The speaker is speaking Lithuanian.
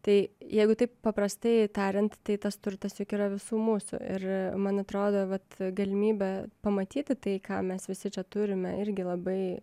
tai jeigu taip paprastai tariant tai tas turtas juk yra visų mūsų ir man atrodo vat galimybė pamatyti tai ką mes visi čia turime irgi labai